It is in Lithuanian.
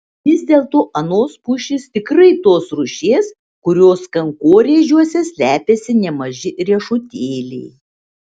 vis dėlto anos pušys tikrai tos rūšies kurios kankorėžiuose slepiasi nemaži riešutėliai